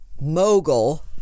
mogul